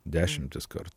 dešimtis kartų